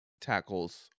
tackles